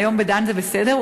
היום ב"דן" זה בסדר,